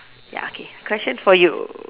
ya okay question for you